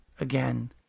again